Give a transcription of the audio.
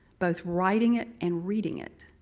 both writing it and reading it.